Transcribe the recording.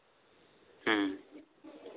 ᱦᱮᱸ